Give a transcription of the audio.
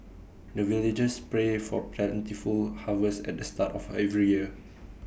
the villagers pray for plentiful harvest at the start of every year